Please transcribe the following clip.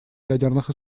ядерных